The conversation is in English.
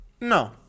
no